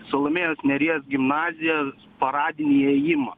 salomėjos nėries gimnaziją paradinį įėjimą